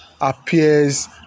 appears